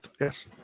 Yes